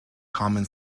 common